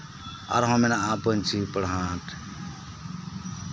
ᱟᱨᱦᱚᱸ ᱢᱮᱱᱟᱜᱼᱟ ᱯᱟᱹᱧᱪᱤ ᱯᱟᱲᱦᱟᱴ